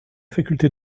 faculté